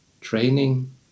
training